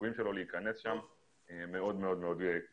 הסיכויים שלו להיכנס לשם הם מאוד מאוד קטנים.